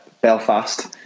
Belfast